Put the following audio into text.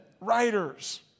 writers